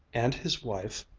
and his wife.